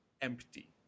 empty